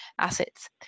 assets